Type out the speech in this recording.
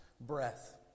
breath